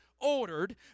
ordered